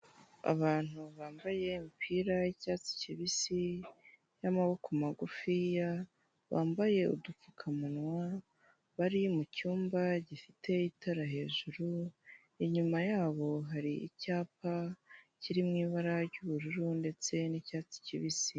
Abantu bambaye imipira y'icyatsi kibisi y'amaboko magufiya, bambaye udupfukamunwa bari mu cyumba gifite itara hejuru, inyuma yabo hari icyapa kiri mu ibara ry'ubururu ndetse n'icyatsi kibisi.